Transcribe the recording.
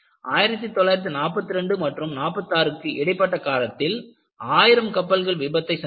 1942 மற்றும் 46 க்கு இடைப்பட்ட காலத்தில் ஆயிரம் கப்பல்கள் விபத்தை சந்தித்தன